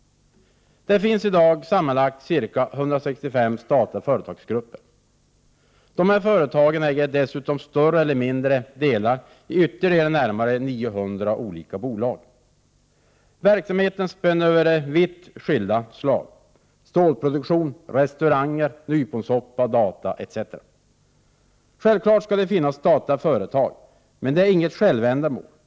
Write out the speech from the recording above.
Det finns i dag sammanlagt ca 165 statliga företagsgrupper. Dessa företag äger dessutom större eller mindre delar i ytterligare närmare 900 bolag. Verksamheten spänner över vitt skilda fält — stålproduktion, restauranger, nyponsoppa, data m.m. Självklart skall det finnas statliga företag, men det är inget självändamål.